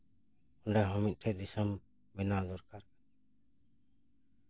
ᱚᱸᱰᱮ ᱦᱚᱸ ᱢᱤᱫᱴᱮᱱ ᱫᱤᱥᱚᱢ ᱵᱮᱱᱟᱣ ᱫᱚᱨᱠᱟᱨ